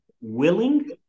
willing